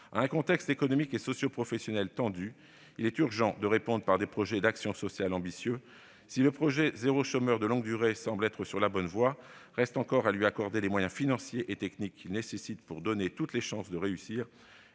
À un contexte économique et socioprofessionnel tendu, il est urgent de répondre par des projets d'action sociale ambitieux. Si le projet « territoires zéro chômeur de longue durée » semble sur la bonne voie, il reste encore à lui accorder les moyens financiers et techniques nécessaires pour lui donner toutes les chances de réussir,